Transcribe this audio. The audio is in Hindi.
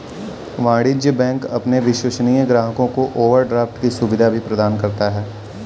वाणिज्य बैंक अपने विश्वसनीय ग्राहकों को ओवरड्राफ्ट की सुविधा भी प्रदान करता है